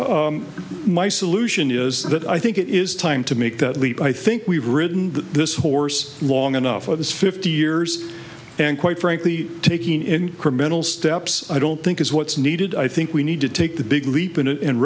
so my solution is that i think it is time to make that leap i think we've written that this horse long enough of this fifty years and quite frankly taking incremental steps i don't think is what's needed i think we need to take the big leap